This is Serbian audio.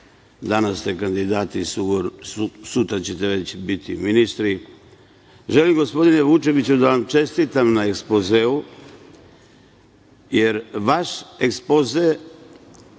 danas ste kandidati, sutra ćete već biti ministri. Želim, gospodine Vučeviću, da vam čestitam na ekspozeu, jer vaš ekspoze